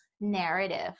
narrative